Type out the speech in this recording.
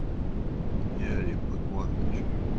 here, you put one measure.